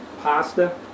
Pasta